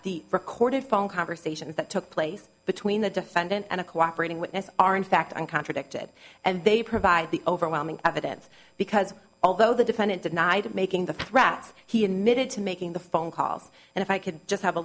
the recorded phone conversations that took place between the defendant and a cooperating witness are in fact and contradicted and they provide the overwhelming evidence because although the defendant denied making the threats he admitted to making the phone calls and if i could just have a